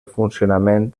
funcionament